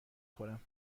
خورم